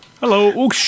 Hello